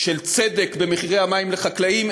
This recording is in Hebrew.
של צדק במחירי המים לחקלאים.